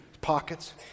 pockets